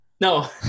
No